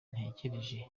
ntekereje